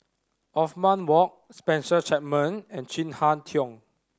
Othman Wok Spencer Chapman and Chin Harn Tong